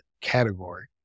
category